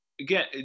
again